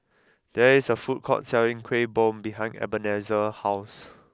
there is a food court selling Kuih Bom behind Ebenezer's house